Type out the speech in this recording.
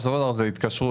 בסופו של דבר זאת התקשרות.